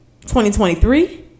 2023